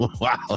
Wow